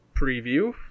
preview